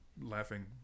laughing